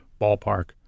ballpark